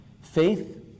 Faith